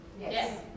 Yes